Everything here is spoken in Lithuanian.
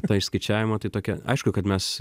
ta išskaičiavimo tai tokia aišku kad mes